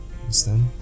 understand